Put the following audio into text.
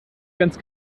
ganz